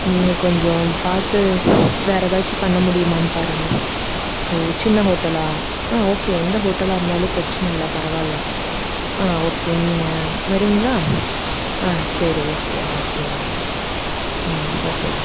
நீங்கள் கொஞ்சம் பார்த்து வேறு எதாச்சும் பண்ண முடியுமான்னு பாருங்கள் ஓ சின்ன ஹோட்டலா ஆ ஓகே எந்த ஹோட்டலாக இருந்தாலும் பிரச்சனை இல்லை பரவாயில்ல ஆ ஓகே நீங்கள் வரீங்களா ஆ சரி ஓகேண்ணா ஓகேண்ணா ஆ ஓகேண்ணா